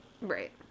Right